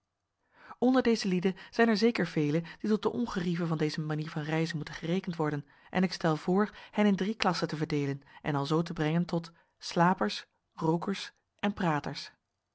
onder deze lieden zijn er zeker vele die tot de ongerieven van deze manier van reizen moeten gerekend worden en ik stel voor hen in drie klassen te verdeelen en alzoo te brengen tot slapers rookers en praters